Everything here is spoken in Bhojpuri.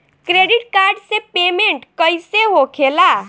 क्रेडिट कार्ड से पेमेंट कईसे होखेला?